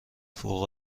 فوق